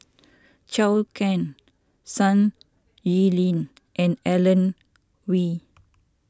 Zhou Can Sun and Alan